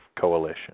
Coalition